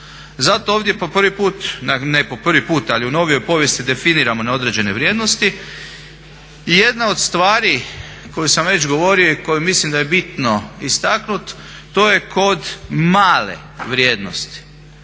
Zato ovdje po prvi put, ne po prvi put, ali u novijoj povijesti definiramo na određene vrijednosti. I jedna od stvari koju sam već govorio i koju mislim da je bitno istaknuti to je kod male vrijednosti.